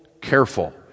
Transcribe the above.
careful